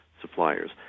suppliers